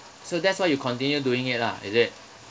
so that's why you continue doing it lah is it